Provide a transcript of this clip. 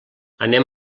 anem